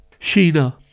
Sheena